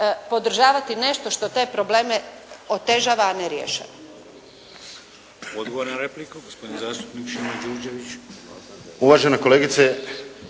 podržavati nešto što te probleme otežava, a ne rješava.